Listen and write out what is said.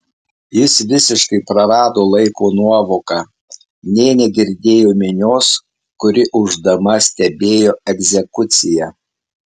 jis visiškai prarado laiko nuovoką nė negirdėjo minios kuri ūždama stebėjo egzekuciją